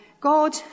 God